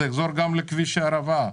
זה יחזור גם לכביש הערבה.